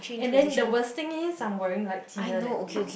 and then the worst thing is I'm wearing like thinner than you